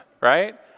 right